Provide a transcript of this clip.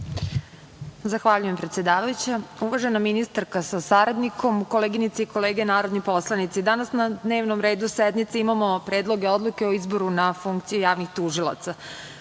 Zahvaljujem predsedavajuća, uvažena ministarka sa saradnikom, koleginice i kolege narodni poslanici. Danas na dnevnom redu sednice imamo Predlog odluke o izboru na funkciju javnih tužilaca.